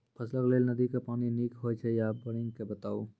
फसलक लेल नदी के पानि नीक हे छै या बोरिंग के बताऊ?